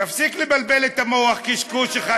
תפסיק לבלבל את המוח, קשקוש אחד.